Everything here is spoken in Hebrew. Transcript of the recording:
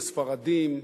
וספרדים,